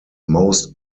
most